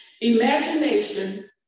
Imagination